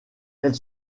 elle